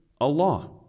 Allah